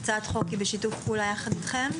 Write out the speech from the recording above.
הצעת החוק היא בשיתוף פעולה יחד איתכם?